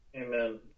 Amen